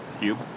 cube